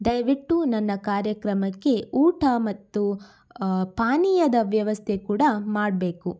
ದಯವಿಟ್ಟು ನನ್ನ ಕಾರ್ಯಕ್ರಮಕ್ಕೆ ಊಟ ಮತ್ತು ಪಾನೀಯದ ವ್ಯವಸ್ಥೆ ಕೂಡ ಮಾಡಬೇಕು